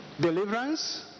Deliverance